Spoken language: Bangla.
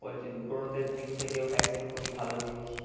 পোলট্রির গ্রোথের দিক থেকেও ভ্যাকসিন খুবই ভালো জিনিস